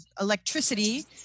electricity